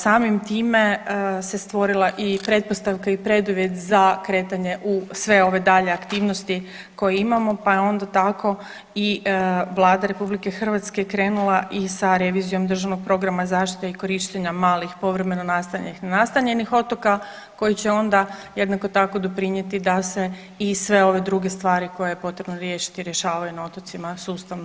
Samim time se stvorila i pretpostavka i preduvjet za kretanje u sve ove dalje aktivnosti koje imamo, pa je onda tako i Vlada RH krenula i sa revizijom državnog programa zaštite i korištenja malih povremeno nastanjenih i nenastanjenih otoka koji će onda jednako tako doprinjeti da se i sve ove druge stvari koje je potrebno riješiti rješavaju na otocima sustavno i konzistentno.